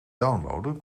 downloaden